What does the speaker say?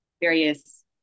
various